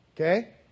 Okay